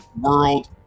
World